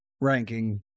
ranking